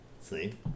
See